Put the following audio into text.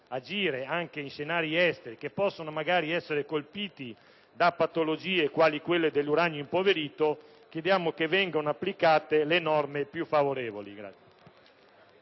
agiscono anche in scenari esteri, che possono essere colpite da patologie quali quella dell'uranio impoverito, chiediamo che vengano applicate le norme più favorevoli.